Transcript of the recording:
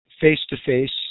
face-to-face